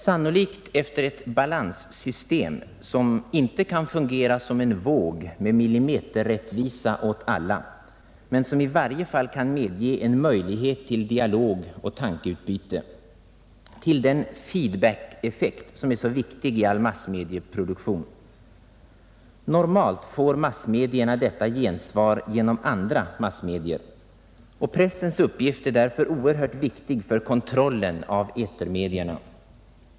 Sannolikt efter ett balanssystem, som inte kan fungera som en våg med millimeterrättvisa åt alla — men som i varje fall kan medge en möjlighet till dialog och tankeutbyte, till den feed-back-effekt som är så viktig i all massmedieproduktion. Normalt får massmedierna detta gensvar genom andra massmedier. Pressens uppgift är därför oerhört viktig för kontrollen av etermedierna.